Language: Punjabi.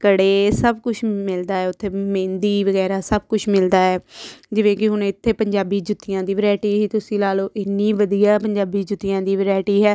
ਕੜੇ ਸਭ ਕੁੱਛ ਮਿਲਦਾ ਹੈ ਉੱਥੇ ਮਹਿੰਦੀ ਵਗੈਰਾ ਸਭ ਕੁਛ ਮਿਲਦਾ ਹੈ ਜਿਵੇਂ ਕਿ ਹੁਣ ਇੱਥੇ ਪੰਜਾਬੀ ਜੁੱਤੀਆਂ ਦੀ ਵਰਾਇਟੀ ਹੀ ਤੁਸੀਂ ਲਾ ਲਓ ਇੰਨੀ ਵਧੀਆ ਪੰਜਾਬੀ ਜੁੱਤੀਆਂ ਦੀ ਵਰਾਇਟੀ ਹੈ